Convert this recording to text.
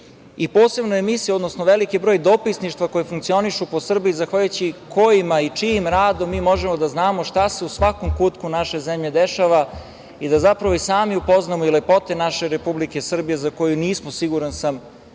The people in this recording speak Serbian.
posebno emisiju, odnosno veliki broj dopisništva koji funkcionišu po Srbiji zahvaljujući kojima i čijim radom mi možemo da znamo šta se u svakom kutku naše zemlje dešava i da zapravo i sami upoznamo lepote naše Republike Srbije, za koju nisam siguran,